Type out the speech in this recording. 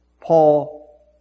Paul